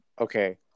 Okay